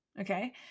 Okay